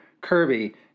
Kirby